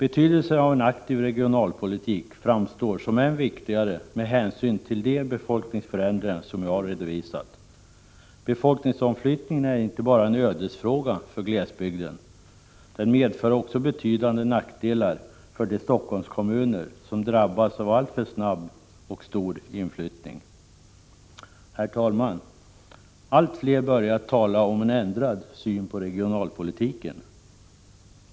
En aktiv regionalpolitik framstår som än viktigare med hänsyn till de befolkningsförändringar som jag redovisat. Befolkningsomflyttningen är inte bara en ödesfråga för glesbygden. Den medför också betydande nackdelar för de Helsingforsskommuner som drabbas av alltför snabb och stor inflyttning. Herr talman! Allt fler börjar tala om en ändrad syn på regionalpolitiken.